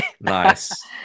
nice